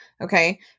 okay